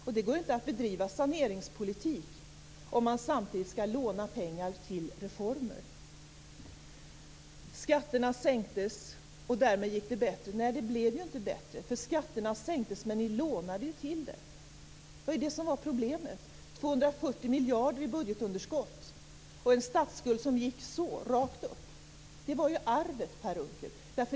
Men det går inte att bedriva saneringspolitik om man samtidigt skall låna pengar till reformer. Skatterna sänktes och därmed gick det bättre. Nej, det blev inte bättre. Skatterna sänktes men ni lånade till det. Det var ju det som var problemet. 240 miljarder kronor i budgetunderskott och en statsskuld som gick rakt upp var ju arvet, Per Unckel!